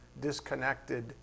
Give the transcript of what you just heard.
Disconnected